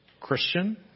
Christian